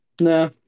No